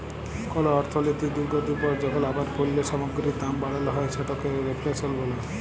call অর্থলৈতিক দুর্গতির পর যখল আবার পল্য সামগ্গিরির দাম বাড়াল হ্যয় সেটকে রেফ্ল্যাশল ব্যলে